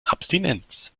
abstinenz